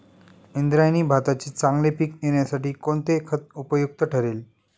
इंद्रायणी भाताचे चांगले पीक येण्यासाठी कोणते खत उपयुक्त ठरेल?